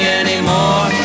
anymore